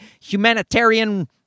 humanitarian